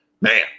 man